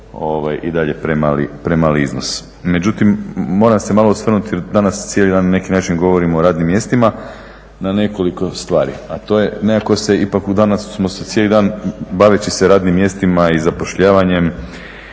i dalje premali iznos. Međutim, moram se malo osvrnuti jer danas cijeli dan na neki način govorimo o radnim mjestima, na nekoliko stvari. A to je, nekako se ipak danas smo se cijeli dan baveći se radnim mjestima i zapošljavanjem